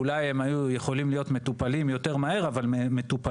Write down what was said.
אולי הם היו יכולים להיות מטופלים יותר מהר, אבל